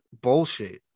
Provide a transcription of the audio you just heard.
bullshit